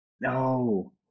No